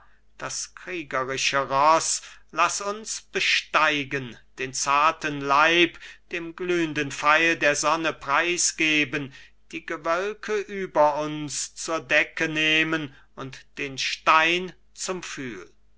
das kriegerische roß laß uns besteigen den zarten leib dem glühenden pfeil der sonne preisgeben die gewölke über uns zur decke nehmen und den stein zum pfühl